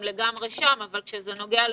הם לגמרי שם אבל כשזה נוגע לסמכויות,